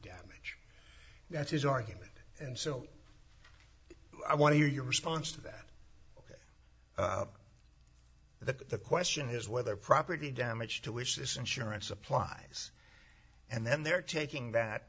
damage that's his argument and so i want to hear your response to that the question is whether property damage to which this insurance applies and then they're taking that